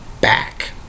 back